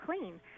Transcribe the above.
clean